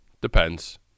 Depends